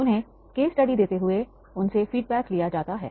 उन्हें case study देते हुए उनसे फीडबैक लिया जाता है